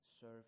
serve